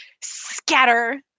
scatter